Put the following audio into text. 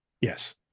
Yes